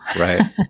Right